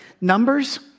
Numbers